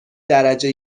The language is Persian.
درجه